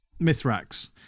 Mithrax